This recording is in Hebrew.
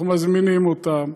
אנחנו מזמינים אותם